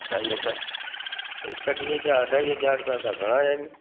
अढाई हज़ार हिकु ॾींहुं जा अढाई हज़ार रुपिया त घणा आहिनि